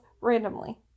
randomly